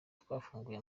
twafunguye